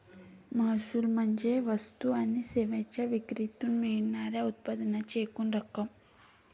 महसूल म्हणजे वस्तू आणि सेवांच्या विक्रीतून मिळणार्या उत्पन्नाची एकूण रक्कम